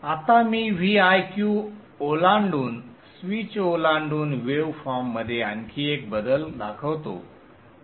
आता मी Viq ओलांडून स्विच ओलांडून वेव फॉर्ममध्ये आणखी एक बदल दाखवतो